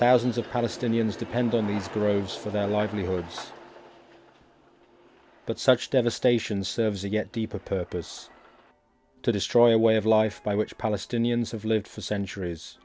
thousands of palestinians depend on these groves for their livelihoods but such devastation serves to get deeper purpose to destroy a way of life by which palestinians have lived for centuries